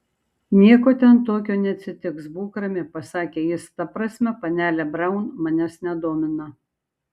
nieko ten tokio neatsitiks būk rami pasakė jis ta prasme panelė braun manęs nedomina